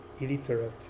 illiterate